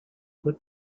would